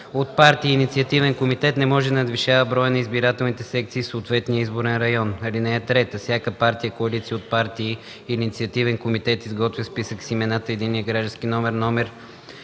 от партии и инициативен комитет не може да надвишава броя на избирателните секции в съответния изборен район. (3) Всяка партия, коалиция от партии или инициативен комитет изготвя списък с имената,